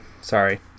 sorry